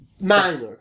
minor